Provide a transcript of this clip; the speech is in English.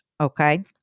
okay